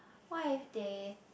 why they